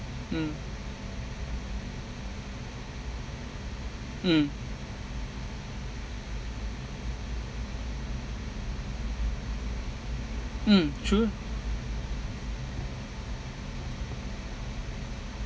mm mm mm true ah